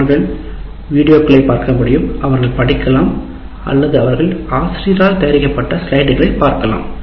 அவர்கள் வீடியோக்களைப் பார்க்க முடியும் அவர்கள் படிக்கலாம் அல்லது அவர்கள் ஆசிரியரால் தயாரிக்கப்பட்ட ஸ்லைடுகளைப் பார்க்கலாம்